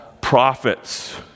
prophets